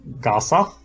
Gaza